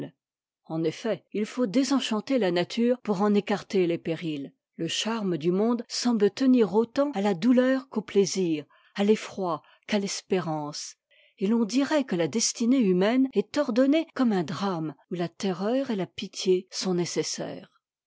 en effet il faut désenchanter la nature pour en écarter les périls le charme du monde semble tenir autant à la douleur qu'au plaisir à l'effroi qu'à l'espérance et l'on dirait que la destinée humaine est ordonnée comme un drame où la terreur et la pitié sont nécessaires